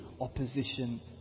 opposition